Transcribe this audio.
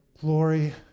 glory